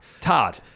Todd